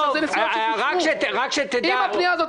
אדוני היושב-ראש, לך יש את היכולת.